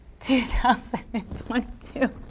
2022